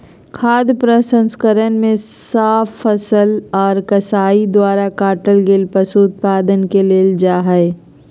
खाद्य प्रसंस्करण मे साफ फसल आर कसाई द्वारा काटल गेल पशु उत्पाद के लेल जा हई